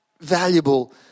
valuable